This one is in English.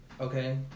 okay